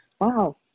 Wow